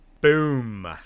Boom